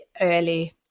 early